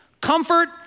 comfort